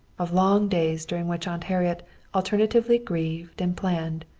of long days during which aunt harriet alternately grieved and planned,